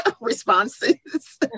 responses